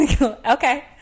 Okay